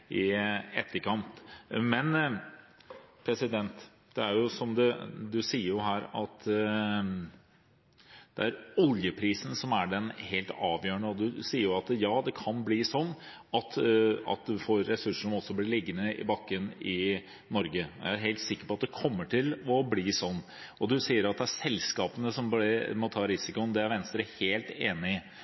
etterkant. Du sier her at det er oljeprisen som er helt avgjørende, og du sier at det kan bli sånn at en får ressurser som blir liggende i bakken også i Norge. Jeg er helt sikker på at det kommer til å bli sånn. Du sier at det er selskapene som må ta risikoen, og det er Venstre helt enig i.